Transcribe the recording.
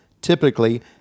typically